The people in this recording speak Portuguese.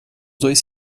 dois